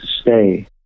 stay